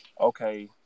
okay